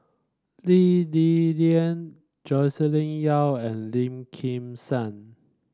Lee Li Lian Joscelin Yeo and Lim Kim San